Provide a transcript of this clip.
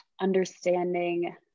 understanding